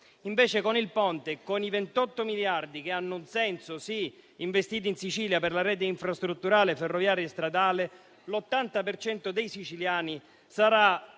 Invece con il Ponte e con i 28 miliardi - che hanno un senso, sì - investiti in Sicilia per la rete infrastrutturale ferroviaria e stradale, l'80 per cento dei siciliani sarà